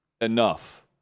enough